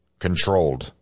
controlled